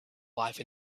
life